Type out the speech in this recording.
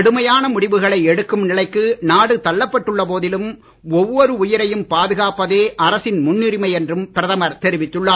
கடுமையான முடிவுகளை எடுக்கும் நிலைக்கு நாடு தள்ளப்பட்டுள்ள போதிலும் ஒவ்வொரு உயிரையும் பாதுகாப்பதே அரசின் முன்னுரிமை என்றும் பிரதமர் தெரிவித்துள்ளார்